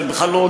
לא?